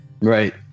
right